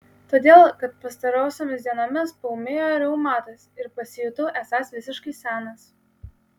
todėl kad pastarosiomis dienomis paūmėjo reumatas ir pasijutau esąs visiškai senas